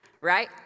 right